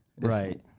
Right